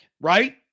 right